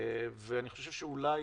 אני חושב שאולי